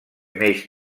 neix